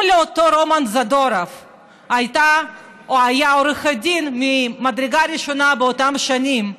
אם לאותו רומן זדורוב היה או הייתה עורכת דין ממדרגה ראשונה באותן שנים,